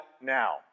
now